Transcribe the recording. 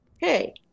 Hey